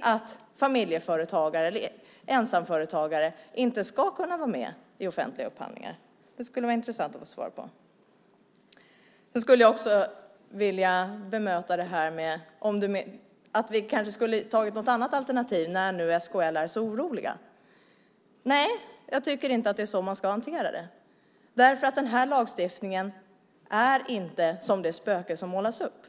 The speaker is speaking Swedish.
att familjeföretagare eller ensamföretagare ska kunna vara med i offentliga upphandlingar? Det skulle vara intressant att få svar på det. Jag vill bemöta det här med om att vi kanske skulle ha tagit något annat alternativ när nu SKL är så oroliga. Nej, jag tycker inte att det är så man ska hantera det. Den här lagstiftningen är inte som det spöke som målas upp.